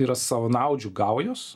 yra savanaudžių gaujos